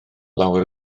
lawer